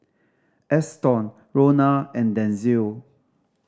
Eston Ronna and Denzil